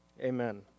Amen